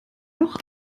noch